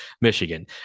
Michigan